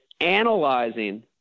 analyzing